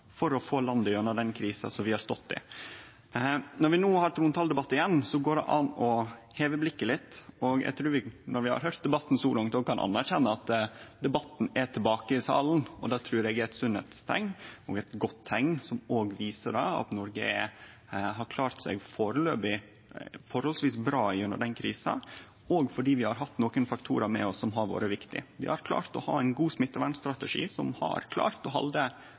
for å få landet gjennom den krisa vi har stått i. Når vi no har trontaledebatt igjen, går det an å heve blikket litt, og eg trur at vi – etter å ha høyrt debatten så langt – kan anerkjenne at debatten er tilbake i salen. Det trur eg er eit sunnheitsteikn og eit godt teikn, som viser at Noreg har klart seg forholdsvis bra gjennom den krisa, òg fordi vi har hatt nokre faktorar med oss som har vore viktige. Vi har klart å ha ein god smittevernstrategi, som har